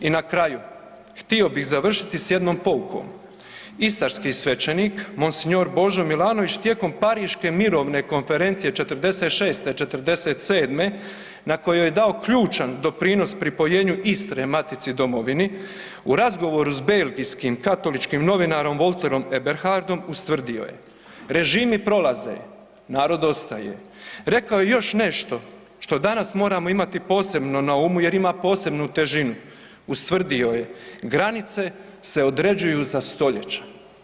I na kraju htio bih završiti s jednom poukom, istarski svećenik mons. Božo Milanović tijekom pariške Mirovne konferencije '46.-'47. na kojoj je dao ključan doprinos pripojenju Istre matici domovini u razgovoru s belgijskim katoličkim novinarom Walterom Eberhardom ustvrdio je “Režimi prolaze, narod ostaje“, rekao je još nešto što danas moramo imati posebno na umu jer ima posebnu težinu, ustvrdio je „Granice se određuju za stoljeća“